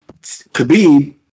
Khabib